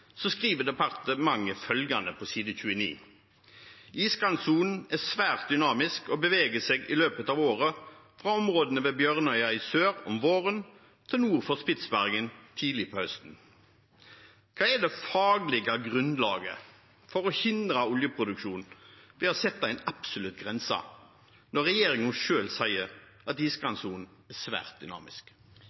departementet følgende på side 29: «Iskantsonen er svært dynamisk og beveger seg i løpet av året fra områdene ved Bjørnøya i sør om våren, til nord for Spitsbergen tidlig på høsten.» Hva er det faglige grunnlaget for å hindre oljeproduksjon ved å sette en absolutt grense, når regjeringen selv sier at iskantsonen er svært dynamisk?